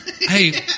Hey